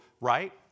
right